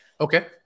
Okay